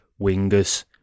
wingers